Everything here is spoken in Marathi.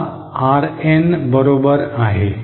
हा RN बरोबर आहे